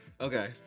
Okay